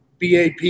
BAP